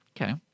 Okay